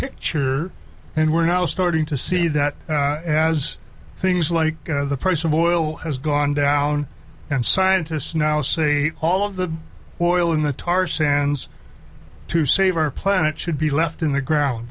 picture and we're now starting to see that as things like the price of oil has gone down and scientists now say all of the oil in the tar sands to save our planet should be left in the ground